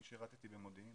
אני שירתי במודיעין,